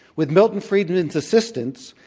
with milton friedman's assistance,